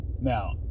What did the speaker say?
Now